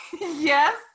Yes